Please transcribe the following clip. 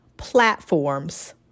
platforms